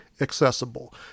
accessible